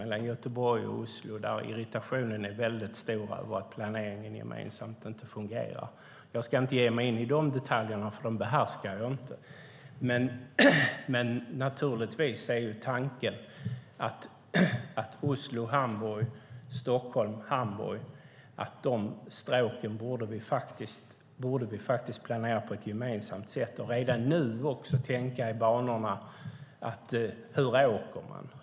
Mellan Göteborg och Oslo är irritationen väldigt stor över att en gemensam planering inte fungerar. Jag ska inte ge mig in i de detaljerna, för dem behärskar jag inte, men naturligtvis är tanken att vi borde kunna planera stråken Oslo-Hamburg och Stockholm-Hamburg på ett gemensamt sätt och redan nu tänka i banorna: Hur åker man?